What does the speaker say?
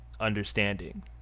understanding